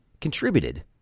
contributed